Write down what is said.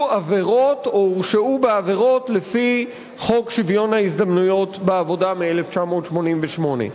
עבירות או הורשעו בעבירות לפי חוק שוויון ההזדמנויות בעבודה מ-1988.